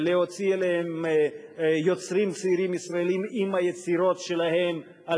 להוציא אליהם יוצרים צעירים ישראלים עם היצירות שלהם על